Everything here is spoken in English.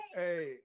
hey